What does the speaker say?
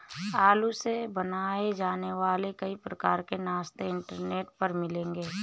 आलू से बनाए जाने वाले कई प्रकार के नाश्ते इंटरनेट पर मिलेंगे